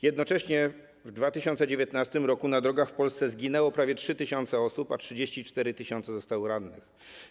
Jednocześnie w 2019 r. na drogach w Polsce zginęło prawie 3 tys. osób, a 34 tys. zostało rannych.